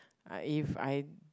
if I